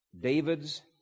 David's